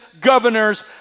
governors